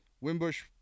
Wimbush